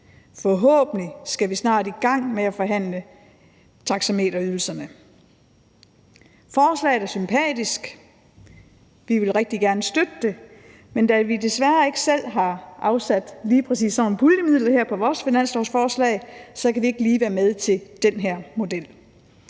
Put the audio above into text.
Forhåbentlig skal vi snart i gang med at forhandle taxameterydelserne. Forslaget er sympatisk, og vi vil rigtig gerne støtte det, men da vi desværre ikke selv har afsat lige præcis sådan nogle puljemidler her på vores finanslovsforslag, så kan vi ikke lige være med til den her model.